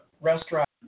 restaurant